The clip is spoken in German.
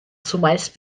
zumeist